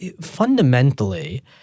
fundamentally